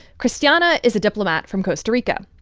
christiana is a diplomat from costa rica.